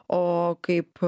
o kaip